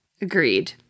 Agreed